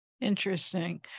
Interesting